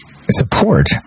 support